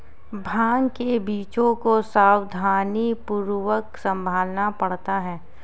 भांग के बीजों को सावधानीपूर्वक संभालना पड़ता है